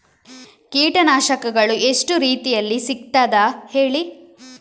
ಕೀಟನಾಶಕಗಳು ಎಷ್ಟು ರೀತಿಯಲ್ಲಿ ಸಿಗ್ತದ ಹೇಳಿ